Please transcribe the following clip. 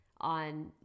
on